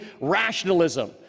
rationalism